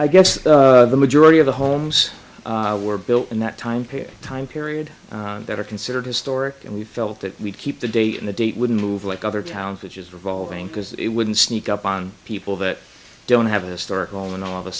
i guess the majority of the homes were built in that time period time period that are considered historic and we felt that we'd keep the date and the date wouldn't move like other towns which is revolving because it wouldn't sneak up on people that don't have a historic moment all of a